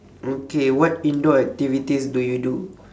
okay what indoor activities do you do